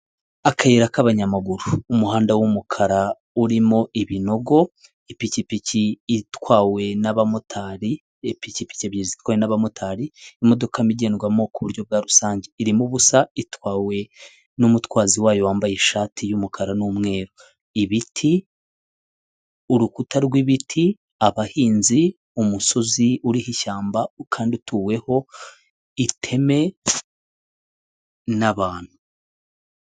Akayira k'abanyamaguru, umuhanda w'umukara urimo ibinogo, ipikipiki zitwawe n'abamotari ipikipiki ebyiri zitwawe n'abamotari, imodoka igendwamo ku buryo bwa rusange irimo ubusa itwawe n'umutwazi wayo wambaye ishati y'umukara n'umweru, ibiti urukuta rw'ibiti, abahinzi umusozi uriho ishyamba kandi utuweho iteme n'abantu.